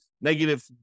negative